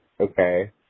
Okay